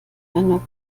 einer